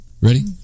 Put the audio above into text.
ready